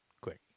quick